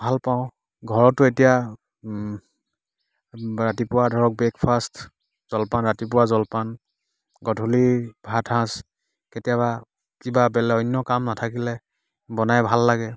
ভাল পাওঁ ঘৰতো এতিয়া ৰাতিপুৱা ধৰক ব্ৰেকফাষ্ট জলপান ৰাতিপুৱা জলপান গধূলি ভাতসাজ কেতিয়াবা কিবা বেল অন্য কাম নাথাকিলে বনায় ভাল লাগে